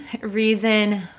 reason